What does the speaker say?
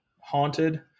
Haunted